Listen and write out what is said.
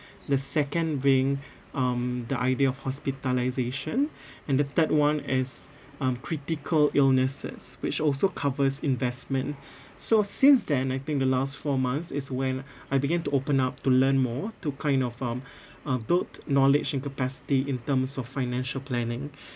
the second being um the idea of hospitalisation and the third one as um critical illnesses which also covers investment so since then I think the last four months is when I began to open up to learn more to kind of um uh built knowledge and capacity in terms of financial planning